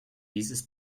dieses